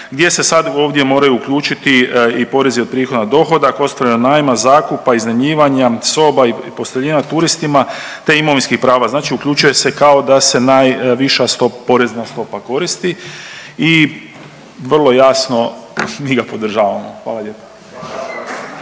gdje se sad ovdje moraju uključiti i porezi od prihod na dohodak ostvareni od najma, zakupa, iznajmljivanja soba i posteljina turistima, te imovinskih prava, znači uključuje se kao da se najviša sto…, porezna stopa koristi i vrlo jasno mi ga podržavamo, hvala lijepa.